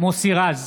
מוסי רז,